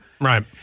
Right